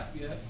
Yes